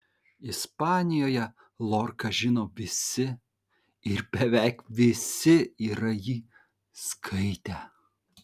ispanijoje lorką žino visi ir beveik visi yra jį skaitę